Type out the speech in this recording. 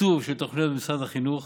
תקצוב של תוכניות במשרד החינוך,